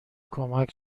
کمک